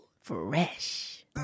Fresh